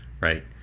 right